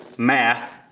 math.